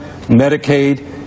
medicaid